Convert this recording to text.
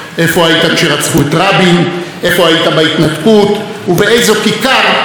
איפה היית בהתנתקות ובאיזו כיכר היית במוצאי שבת.